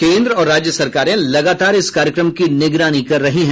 केंद्र और राज्य सरकारें लगातार इस कार्यक्रम की निगरानी कर रही हैं